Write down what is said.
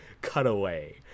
cutaway